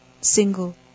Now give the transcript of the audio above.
single